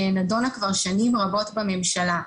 שנדונה כבר שנים רבות בממשלה.